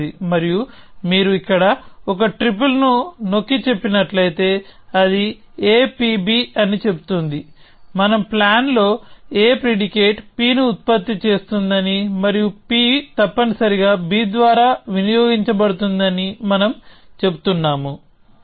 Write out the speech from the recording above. మరియు మీరు ఇక్కడ ఒక ట్రిపుల్ ను నొక్కి చెప్పినట్లయితే అది a p b అని చెబుతుంది మన ప్లాన్ లో a ప్రిడికేట్ p ని ఉత్పత్తి చేస్తుందని మరియు p తప్పనిసరిగా b ద్వారా వినియోగించబడుతుంది అని మనం చెబుతున్నాము